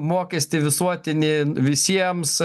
mokestį visuotinį visiems